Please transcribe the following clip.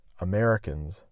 Americans